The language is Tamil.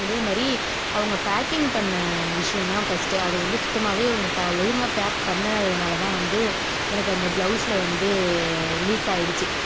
அதேமாதிரி அவங்க பேக்கிங் பண்ண விஷயந்தான் ஃபஸ்ட்டு அது வந்து சுத்தமாகவே அவங்க ஒழுங்காக பேக் பண்ணாததினால தான் வந்து எனக்கு அந்த ப்ளவுஸில் வந்து லீக்காயிடுச்சு